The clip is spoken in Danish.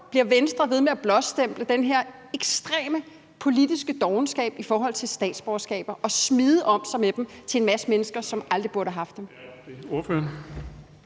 bliver Venstre ved med at blåstemple den her ekstreme politiske dovenskab i forhold til statsborgerskaber og smide om sig med dem til en masse mennesker, som aldrig burde have haft dem?